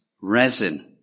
resin